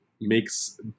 makes